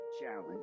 Challenge